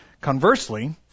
Conversely